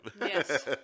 Yes